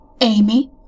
Amy